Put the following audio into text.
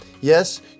Yes